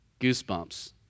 goosebumps